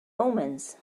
omens